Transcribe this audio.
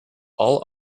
all